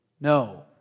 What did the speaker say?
No